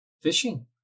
fishing